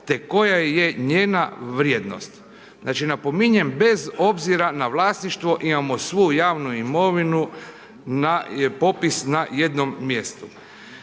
te koja je njena vrijednost. Znači, napominjem bez obzira na vlasništvo imamo svu javnu imovinu na popis na jednom mjestu.